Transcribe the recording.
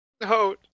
No